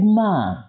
man